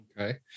Okay